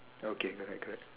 okay that is a good